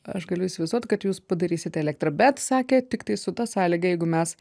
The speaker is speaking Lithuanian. aš galiu įsivaizduot kad jūs padarysit elektrą bet sakė tiktai su ta sąlyga jeigu mes